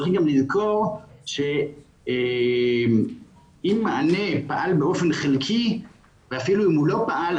צריך גם לזכור שאם מענה פעל באופן חלקי ואפילו אם הוא לא פעל,